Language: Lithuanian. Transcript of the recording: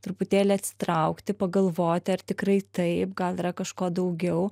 truputėlį atsitraukti pagalvoti ar tikrai taip gal yra kažko daugiau